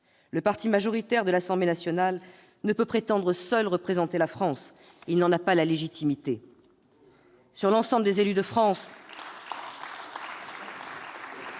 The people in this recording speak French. Le parti majoritaire de l'Assemblée nationale ne peut prétendre seul représenter la France. Il n'en a pas la légitimité. Sur l'ensemble des élus de France,